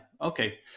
okay